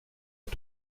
est